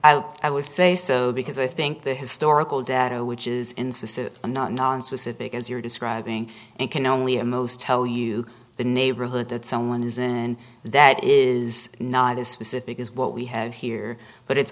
i would say so because i think the historical data which is insisted on not nonspecific as you're describing and can only a most tell you the neighborhood that someone is in and that is not as specific as what we have here but it's